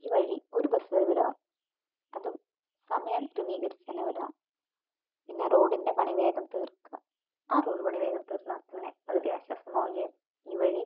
ഈ വഴി ഒരു ബസ്സ് വിടുക അതും സമയം ക്രമീകരിച്ചുതന്നെ വിടുക പിന്നെ റോഡിൻ്റെ പണി വേഗം തീർക്കുക ആ റോഡുപണി വേഗം തീർന്നാൽപ്പിന്നെ പകുതി ആശ്വാസമാവുകയും ഈ വഴി